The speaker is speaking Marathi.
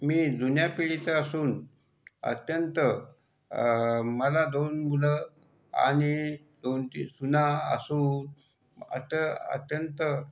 मी जुन्या पिढीचा असून अत्यंत मला दोन मुलं आणि दोन तीन सुना असून अत अत्यंत